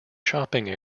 shopping